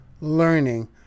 Learning